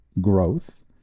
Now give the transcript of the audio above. growth